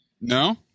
No